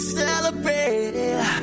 celebrate